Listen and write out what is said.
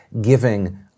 giving